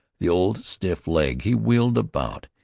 the old stiff leg. he wheeled about,